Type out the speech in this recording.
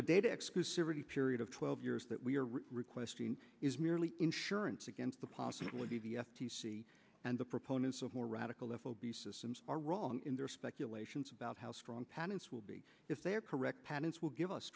the data exclusivity period of twelve years that we are requesting is merely insurance against the possibility of the f t c and the proponents of more radical f o b systems are wrong in their speculations about how strong patents will be if they are correct patents will give us